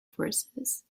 forces